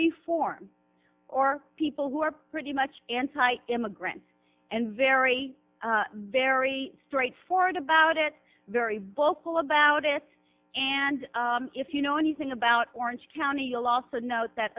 reform or people who are pretty much anti immigrant and very very straightforward about it very vocal about it and if you know anything about orange county you'll also note that